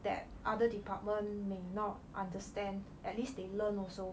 that other department may not understand at least they learn also